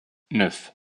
neuf